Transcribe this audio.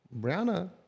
Brianna